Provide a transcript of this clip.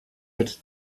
wird